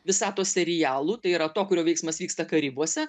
visatos serialų tai yra to kurio veiksmas vyksta karibuose